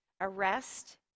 arrest